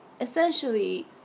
essentially